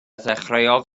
ddechreuodd